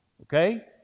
Okay